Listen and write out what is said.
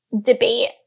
debate